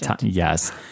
yes